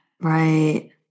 Right